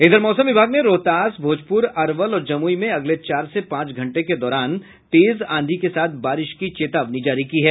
इधर मौसम विभाग ने रोहतास भोजपुर अरवल और जमुई में अगले चार से पांच घंटे के दौरान तेज आंधी के साथ बारिश की चेतावनी जारी की है